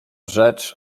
rzecz